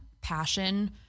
passion